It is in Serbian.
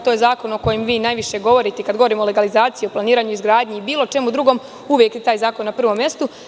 To je zakon o kojem vi najviše govorite kada govorimo o legalizaciji, planiranju i izgradnji i bilo čemu drugom, uvek je taj zakon na prvom mestu.